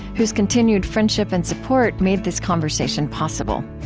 whose continued friendship and support made this conversation possible.